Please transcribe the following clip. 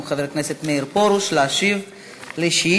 חבר הכנסת מאיר פרוש להשיב על שאילתות.